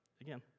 Again